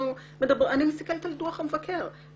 אני מסתכלת על דוח המבקר.